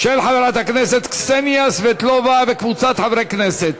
של חברת הכנסת קסניה סבטלובה וקבוצת חברי הכנסת.